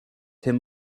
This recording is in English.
him